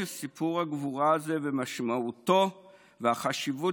שסיפור הגבורה הזה ומשמעותו והחשיבות